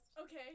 okay